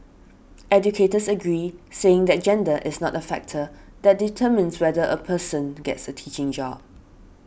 educators agreed saying that gender is not a factor that determines whether a person gets a teaching job